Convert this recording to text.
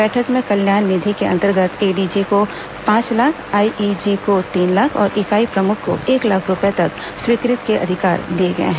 बैठक में कल्याण निधि के अंतर्गत एडीजी को पांच लाख आईजी को तीन लाख और इकाई प्रमुख को एक लाख रूपये तक स्वीकृत के अधिकार दिए गए हैं